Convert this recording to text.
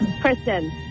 Kristen